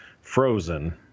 frozen